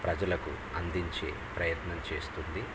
ప్రజలకు అందించే ప్రయత్నం చేస్తుంది